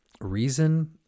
reason